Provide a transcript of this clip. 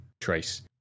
trace